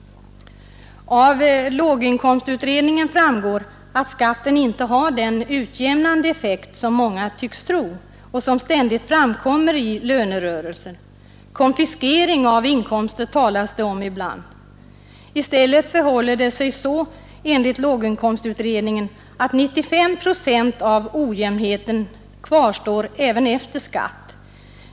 Av låginkomstutredningen framgår att skatten inte har den utjämnande effekt som många tycks tro och som ständigt framhålls i lönerörelserna. Konfiskering av inkomster talas det om ibland. I stället förhåller det sig enligt låginkomstutredningen så, att 95 procent av ojämnheten kvarstår även efter skatt.